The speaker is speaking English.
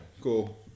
cool